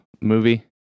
movie